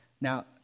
Now